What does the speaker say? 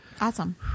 Awesome